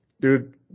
dude